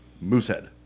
Moosehead